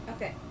Okay